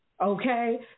okay